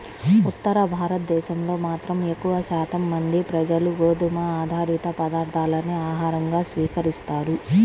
ఉత్తర భారతదేశంలో మాత్రం ఎక్కువ శాతం మంది ప్రజలు గోధుమ ఆధారిత పదార్ధాలనే ఆహారంగా స్వీకరిస్తారు